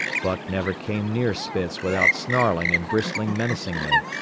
buck never came near spitz without snarling and bristling menacingly.